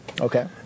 Okay